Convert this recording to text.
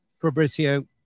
Fabrizio